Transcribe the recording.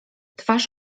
twarz